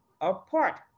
apart